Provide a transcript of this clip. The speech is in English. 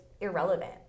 irrelevant